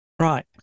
Right